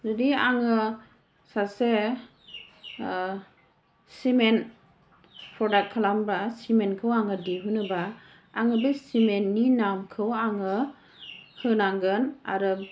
जुदि आङो सासे सिमेन्ट प्रदाक्ट खालामोब्ला सिमेन्टखौ आङो दिहुनोबा आङो बे सिमेन्टनि नामखौ आङो होनांगोन आरो